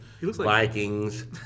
Vikings